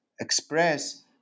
express